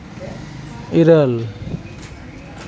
ᱤᱨᱟᱹᱞ